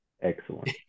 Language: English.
excellent